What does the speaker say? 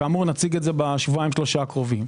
כאמור נציג את זה בשבועיים-שלושה הקרובים.